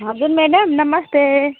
हजुर म्याडम नमस्ते